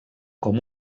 com